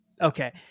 Okay